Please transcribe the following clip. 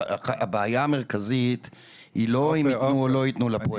הבעיה המרכזית היא לא אם יתנו או לא יתנו לפועל